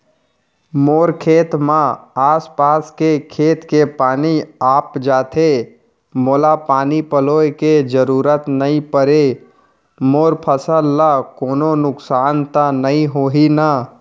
मोर खेत म आसपास के खेत के पानी आप जाथे, मोला पानी पलोय के जरूरत नई परे, मोर फसल ल कोनो नुकसान त नई होही न?